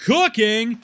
Cooking